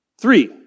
Three